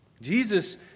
Jesus